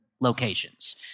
locations